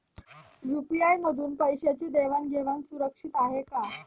UPI मधून पैशांची देवाण घेवाण सुरक्षित आहे का?